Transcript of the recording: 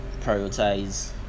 prioritize